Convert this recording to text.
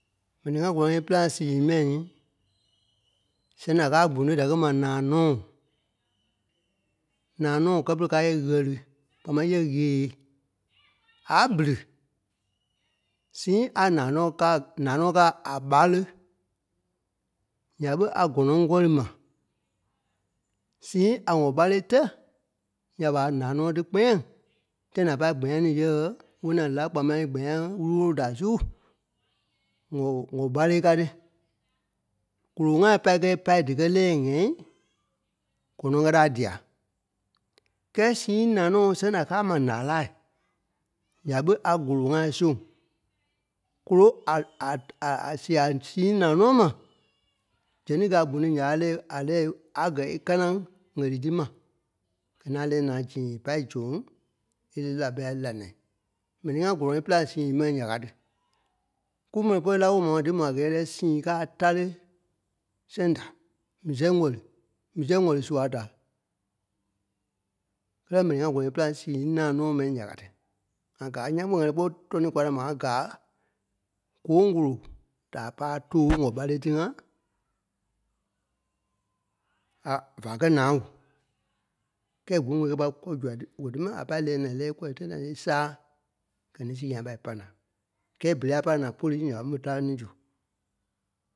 M̀ɛnii ŋá gɔ́lɔŋ é pîlaŋ sii mai, sɛŋ da káa gbonoi da kɛ maa naanɔ̃. Nanɔ̃ kɛ pere kaa yɛ ɣɛli, kpaa máŋ yɛ̂ yeêi. A bili sii a naa nɔ́ kaa - naa nɔ́ káa a ɓáre nya ɓe a gɔ́nɔŋ kɔ̀ri ma. Sii a ŋɔɓárei tɛ̂, nya ɓa nanɔ̃i tí kpɛɛŋ tãi pâi gbɛɛnii yɛ̂ɛ wôna lá kpaa máŋ é gbɛɛŋ wuru-wolo da su, ŋɔ ŋɔɓárei ká tí. Golo-ŋai pâi kɛ̂i pâi díkɛ lɛ̀ɛ ŋ̀ɛi, gɔ́nɔŋ ká tí a dia. Kɛ́ɛ sii nanɔ̃ sɛŋ da káa mà ǹalaa, Nya ɓe a golo-ŋai sôŋ. Kolo a a sia sii nanɔ̃ ma, Zɛŋ tí gáa gbonoi nya ɓa lɛ̂ɛ a lɛ̂ɛ a gɛ̀ é kánaŋ ɣɛlii tí ma. Gɛ̀ ní a lɛ̂ɛ naa zii é pá é zoŋ é lí la ɓɛ́i a lîi la naai. M̀ɛni ŋá gɔ́lɔŋ é pîlaŋ sii mai, nya ki tí. Kú mɛni pɔlɔi lá woo ma dí mò a gɛɛ diyɛ sii kaa a táre sɛŋ da mii-sɛŋ wɛli mii-sɛŋ wɛli sua da. Kɛ́lɛ m̀ɛni ŋá gɔ́lɔŋ é pîlaŋ sii naanɔ̃ mai nya ka tí. ŋa gaa nyaa kpîŋ ŋa lɛɛ kpɔ tɔɔni kwa da ma ŋa gáa gɔɔŋ kolo da a pa a too ŋɔɓáre tí ŋá a va kɛ̂ naa kɛ gooŋ koloi tí kɛ́ gba kɔ́ gwaai tí ma a lɛɛi naa é lɛ́ɛ kɔ̂i tãi da é sáa. Gɛ̀ ní sii a pâi pâi naa. Kɛ́ berei a pâ la naa pôlui, nya ɓe ḿve táre ni zu.